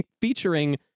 featuring